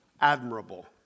admirable